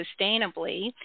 sustainably